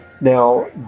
now